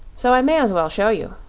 so i may as well show you.